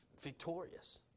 victorious